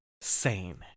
sane